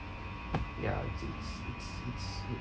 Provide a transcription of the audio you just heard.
ya it's it's it's